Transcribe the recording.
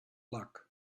luck